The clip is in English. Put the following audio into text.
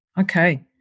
okay